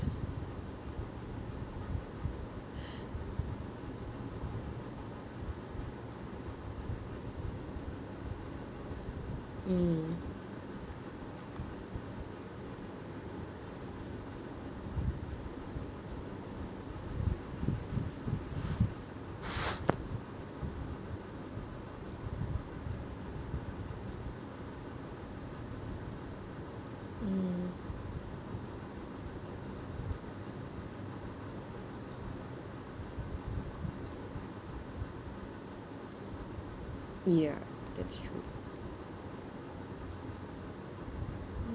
mm mm ya that's true